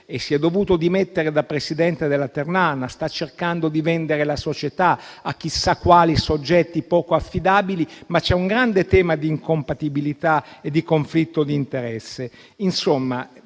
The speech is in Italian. si è dovuto dimettere da presidente della Ternana, sta cercando di vendere la società a chissà quali soggetti poco affidabili, ma c'è un grande tema di incompatibilità e di conflitto d'interesse.